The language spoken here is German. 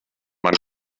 man